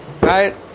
Right